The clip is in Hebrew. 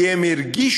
כי הם הרגישו